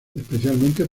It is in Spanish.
especialmente